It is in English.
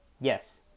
Yes